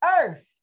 earth